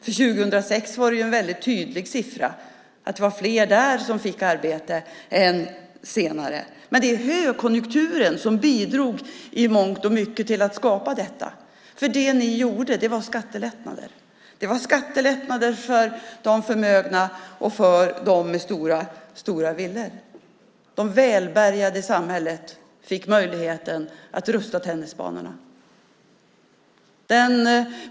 För 2006 var det en väldigt tydlig siffra. Det var fler som fick arbete då än senare. Men det var i mångt och mycket högkonjunkturen som bidrog till att skapa detta. Det ni gjorde var att ni införde skattelättnader. Det var skattelättnader för de förmögna och för dem med stora villor. De välbärgade i samhället fick möjligheten att rusta tennisbanorna.